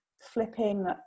flipping